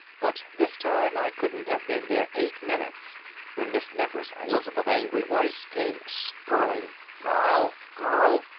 but this time i couldn't have been there eight minutes when miss nefer's elizabeth-angry voice came skirling, girl! girl!